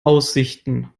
aussichten